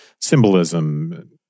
symbolism